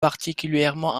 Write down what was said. particulièrement